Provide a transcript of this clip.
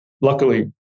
Luckily